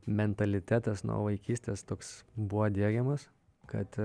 mentalitetas nuo vaikystės toks buvo diegiamas kad